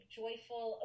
joyful